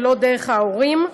ולא דרך ההורים.